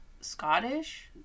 Scottish